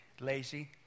Lazy